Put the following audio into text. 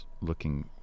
looking